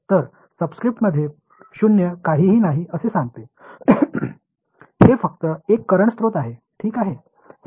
எனவே சப்ஸ்கிரிப்ட் உள்ள நாட்அங்கு எதுவும் இல்லை என்று உங்களுக்குச் சொல்கிறது இது மின்சார ஆதாரங்கள் தான்